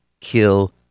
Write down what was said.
kill